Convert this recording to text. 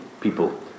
people